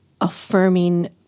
affirming